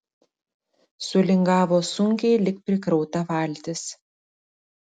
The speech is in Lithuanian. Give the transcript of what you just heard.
sulingavo sunkiai lyg prikrauta valtis